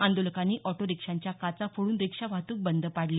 आंदोलकांनी ऑटो रिक्षांच्या काचा फोडून रिक्षा वाहतूक बंद पाडली